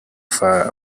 far